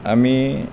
আমি